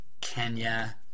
Kenya